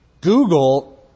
Google